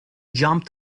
jumped